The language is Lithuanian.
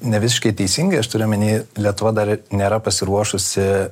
nevisiškai teisingai aš turiu omeny lietuva dar nėra pasiruošusi